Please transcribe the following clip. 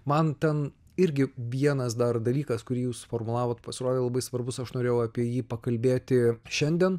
man ten irgi vienas dar dalykas kurį jūs suformulavot pasirodė labai svarbus aš norėjau apie jį pakalbėti šiandien